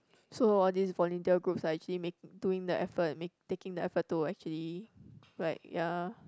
so all these volunteer groups are actually make doing the effort make taking the effort to actually like ya